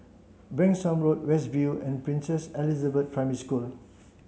Branksome Road West View and Princess Elizabeth Primary School